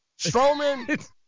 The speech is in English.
Strowman